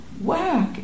Work